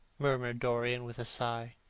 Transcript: murmured dorian with a sigh,